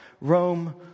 Rome